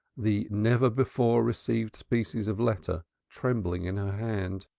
the never before received species of letter trembling in her hand,